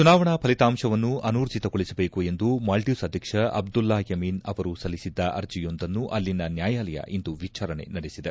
ಚುನಾವಣಾ ಫಲಿತಾಂಶವನ್ನು ಅನೂರ್ಜಿತಗೊಳಿಸಬೇಕು ಎಂದು ಮಾಲ್ಚೀವ್ಸ್ ಅಧ್ಯಕ್ಷ ಅಬ್ದುಲ್ಲಾ ಯಮೀನ್ ಅವರು ಸಲ್ಲಿಸಿದ್ದ ಅರ್ಜೆಯೊಂದನ್ನು ಅಲ್ಲಿನ ನ್ಲಾಯಾಲಯ ಇಂದು ವಿಚಾರಣೆ ನಡೆಸಿದೆ